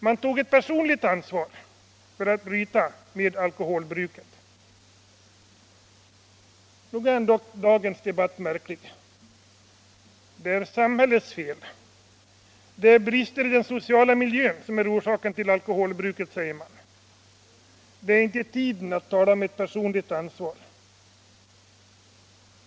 Man tog ett personligt ansvar för att bryta med alkoholbruket. Nog är väl ändå dagens debatt märklig. Det är samhällets fel, det är bristerna i den sociala miljön som är orsaken till alkoholbruket, säger man. Det är inte i tiden att tala om ett personligt ansvar.